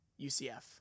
UCF